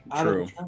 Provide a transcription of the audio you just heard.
true